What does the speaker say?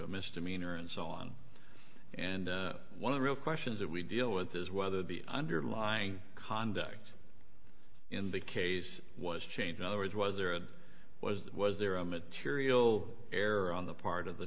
a misdemeanor and so on and one of the real questions that we deal with is whether the underlying conduct in the case was changed in other words was there or was that was there a material error on the part of the